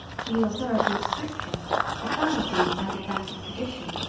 to the authority of scripture the pharisees added that of tradition,